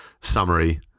summary